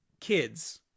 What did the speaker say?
kids